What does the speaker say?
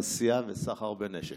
נשיאה וסחר בנשק.